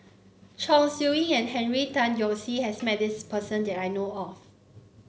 Chong Siew Ying and Henry Tan Yoke See has met this person that I know of